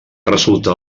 resultar